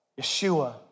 Yeshua